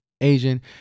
Asian